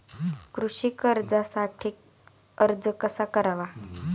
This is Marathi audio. कृषी कर्जासाठी अर्ज कसा करावा?